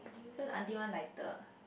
so the auntie one lighter